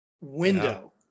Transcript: window